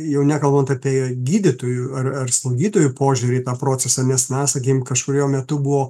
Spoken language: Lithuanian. jau nekalbant apie gydytojų ar ar slaugytojų požiūrį į tą procesą nes na sakykim kažkuriuo metu buvo